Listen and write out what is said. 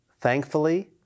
Thankfully